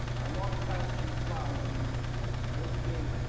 i walk past your flower room every day.